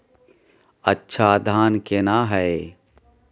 अच्छा धान केना हैय?